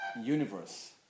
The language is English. universe